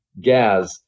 gas